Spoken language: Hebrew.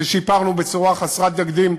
ששיפרנו בצורה חסרת תקדים,